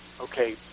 okay